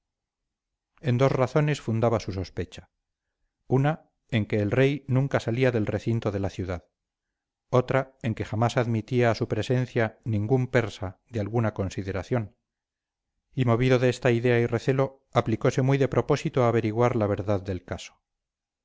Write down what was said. en dos razones fundaba su sospecha una en que el rey nunca salía del recinto de la ciudad otra en que jamás admitía a su presencia ningún persa de alguna consideración y movido de esta idea y recelo aplicóse muy de propósito a averiguar la verdad del caso